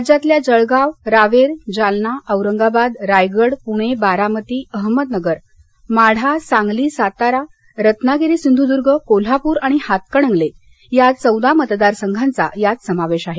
राज्यातल्या जळगाव रावेर जालना औरंगाबाद रायगड पुणे बारामती अहमदनगर माढा सांगली सातारा रत्नागिरी सिंधुर्दूर्ग कोल्हापूर आणि हातकणंगले या चौदा मतदार संघांचा यात समावेश आहे